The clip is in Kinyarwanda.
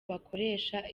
bakoresha